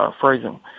phrasing